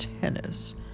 tennis